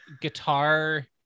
guitar